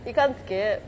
you can't skip